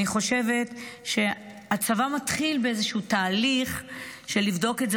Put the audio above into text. אני חושבת שהצבא מתחיל באיזשהו תהליך של לבדוק את זה.